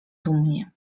dumnie